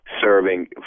serving